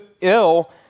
ill